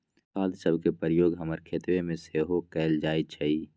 खाद सभके प्रयोग हमर खेतमें सेहो कएल जाइ छइ